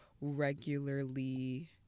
regularly